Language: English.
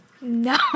No